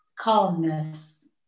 calmness